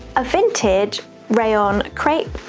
a vintage rayon crepe,